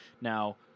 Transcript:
Now